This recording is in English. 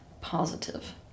positive